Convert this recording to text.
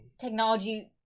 technology